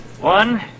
One